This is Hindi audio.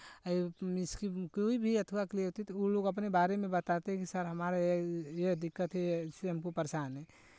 इसकी कोई भी अथवा के लिए होती है तो वो लोग अपने बारे में बताते हैं कि सर हमारे यह दिक्कत है या इससे हमको परेशान हैं